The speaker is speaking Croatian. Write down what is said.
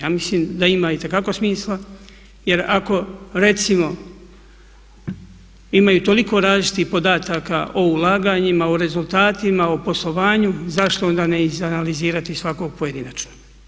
Ja mislim da ima itekako smisla jer ako recimo imaju toliko različitih podataka o ulaganjima, o rezultatima o poslovanju, zašto onda ne iz analizirati svakog pojedinačno?